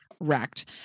wrecked